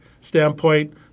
standpoint